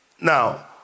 now